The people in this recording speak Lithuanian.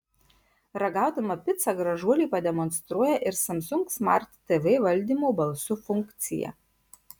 ragaudama picą gražuolė pademonstruoja ir samsung smart tv valdymo balsu funkciją